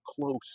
close